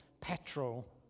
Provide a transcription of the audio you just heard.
petrol